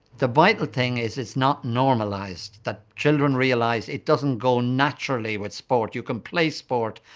the vital thing is it's not normalized that children realize it doesn't go naturally with sport. you can play sport,